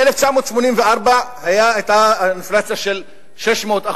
ב-1984 היתה אינפלציה של 600%,